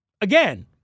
again